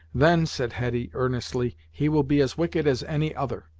then, said hetty, earnestly, he will be as wicked as any other.